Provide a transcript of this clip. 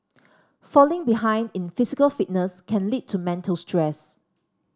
falling behind in physical fitness can lead to mental stress